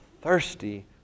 thirsty